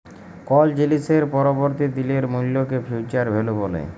call জিলিসের পরবর্তী দিলের মূল্যকে ফিউচার ভ্যালু ব্যলে